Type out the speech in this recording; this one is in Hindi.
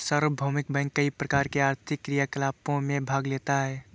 सार्वभौमिक बैंक कई प्रकार के आर्थिक क्रियाकलापों में भाग लेता है